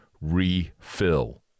Refill